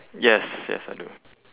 yes yes I do